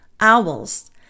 Owls